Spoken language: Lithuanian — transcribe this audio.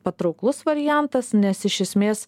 patrauklus variantas nes iš esmės